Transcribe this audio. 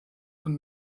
von